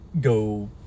go